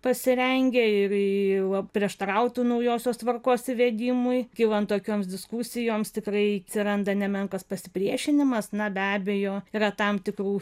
pasirengę tai prieštarautų naujosios tvarkos įvedimui kylant tokioms diskusijoms tikrai atsiranda nemenkas pasipriešinimas na be abejo yra tam tikrų